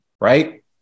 right